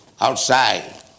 outside